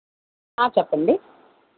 చెప్పండి